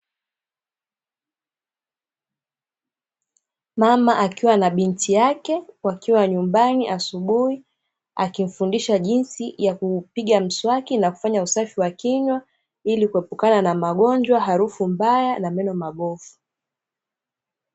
Mama akiwa na binti yake, wakiwa nyumbani asubuhi, akimfundisha jinsi ya kupiga mswaki na kufanya usafi wa kinywa ili kuepukana na magonjwa, harufu mbaya na meno mabovu.